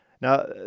Now